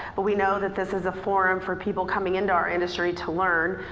but we know that this is a forum for people coming in to our industry to learn.